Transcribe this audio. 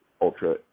Ultra